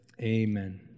Amen